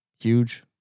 Huge